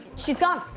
she's gone.